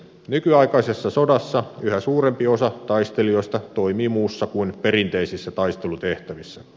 nykyaikaisessa sodassa yhä suurempi osa taistelijoista toimii muussa kuin perinteisissä taistelutehtävissä